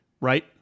Right